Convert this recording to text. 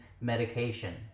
medication